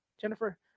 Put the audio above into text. Jennifer